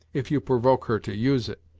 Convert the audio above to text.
if you provoke her to use it.